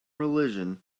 religion